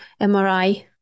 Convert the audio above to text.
MRI